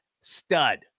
stud